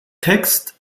text